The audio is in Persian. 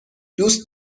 دوست